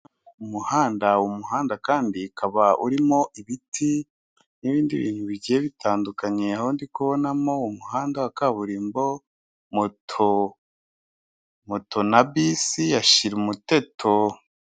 Umuhanda kandi ukaba urimo ibiti, n'ibindi bintu bigiye bitandukaniye, aho ndi kubonamo umuhanda wa kaburimbo, moto na bisi ya shira umuteto.